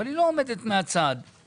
אבל היא לא עומדת מהצד כי ראשית,